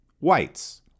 whites